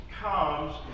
comes